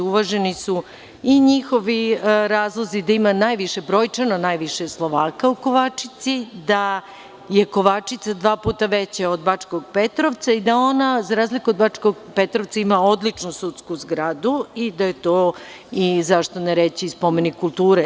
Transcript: Uvaženi su i njihovi razlozi gde ima brojčano najviše Slovaka u Kovačici, da je Kovačica dva puta veća od Bačkog Petrovca i da ona, za razliku od Bačkog Petrovca, ima odličnu sudsku zgradu i da je to, zašto ne reći, zaštićen spomenik kulture.